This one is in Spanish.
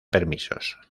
permisos